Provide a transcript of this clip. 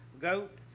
goat